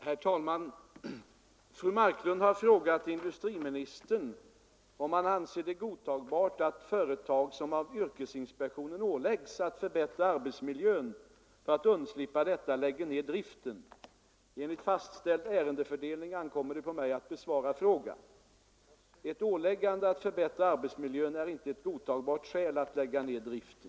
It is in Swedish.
Herr talman! Fru Marklund har frågat industriministern om han anser det godtagbart att företag som av yrkesinspektionen åläggs att förbättra arbetsmiljön för att undslippa detta lägger ned driften. Enligt fastställd ärendefördelning ankommer det på mig att besvara frågan. Ett åläggande att förbättra arbetsmiljön är inte ett godtagbart skäl att lägga ned driften.